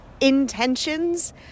intentions